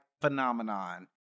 phenomenon